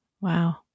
Wow